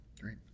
Great